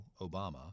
Obama